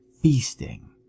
feasting